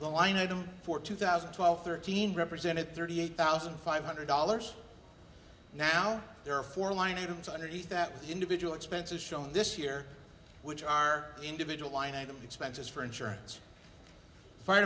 the line item for two thousand and twelve thirteen represented thirty eight thousand five hundred dollars now there are four line items underneath that individual expenses shown this year which are individual line item expenses for insurance fire